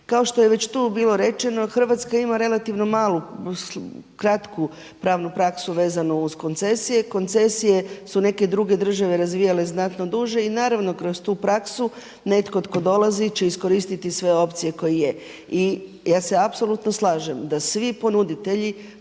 Kao što je već tu bilo rečeno Hrvatska ima relativno malu kratku pravnu praksu vezanu uz koncesije, koncesije su neke druge države razvijale znatno duže i naravno kroz tu praksu netko tko dolazi će iskoristiti sve opcije koje je. I ja se apsolutno slažem da svi ponuditelji